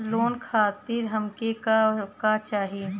Loan खातीर हमके का का चाही?